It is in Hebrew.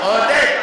עודד,